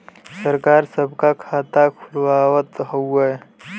सरकार सबका खाता खुलवावत हउवे